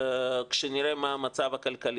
כשנראה מה המצב הכלכלי.